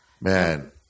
Man